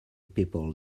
people